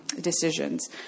decisions